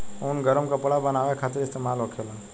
ऊन गरम कपड़ा बनावे खातिर इस्तेमाल होखेला